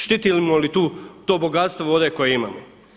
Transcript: Štitimo li tu to bogatstvo vode koje imamo?